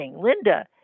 Linda